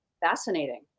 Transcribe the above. fascinating